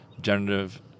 generative